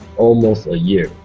almost a year.